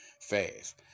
fast